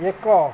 ଏକ